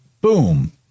boom